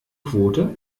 quote